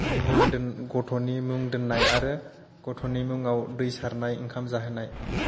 गथ'नि मुं दोननाय आरो गथ'नि मुंआव दै सारनाय ओंखाम जाहोनाय